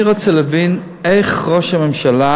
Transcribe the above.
אני רוצה להבין איך ראש הממשלה,